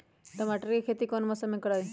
टमाटर की खेती कौन मौसम में करवाई?